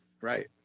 Right